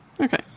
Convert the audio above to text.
okay